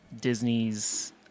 Disney's